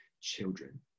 children